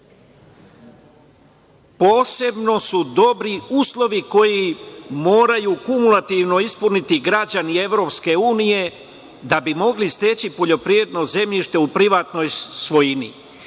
posebno su dobri uslovi koji moraju kumulativno ispuniti građani EU da bi mogli steći poljoprivredno zemljište u privatnoj svojini.